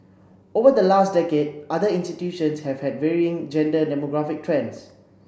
over the last decade other institutions have had varying gender demographic trends